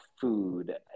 food